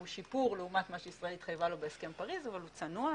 הוא שיפור לעומת מה שישראל התחייבה לו בהסכם פריז אבל הוא צנוע,